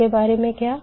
इसके के बारे में क्या